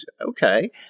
okay